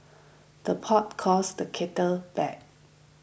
the pot calls the kettle back